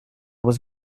was